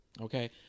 okay